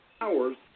hours